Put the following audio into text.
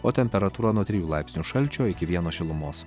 o temperatūra nuo trijų laipsnių šalčio iki vieno šilumos